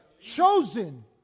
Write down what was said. Chosen